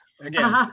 again